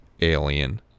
Alien